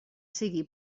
siga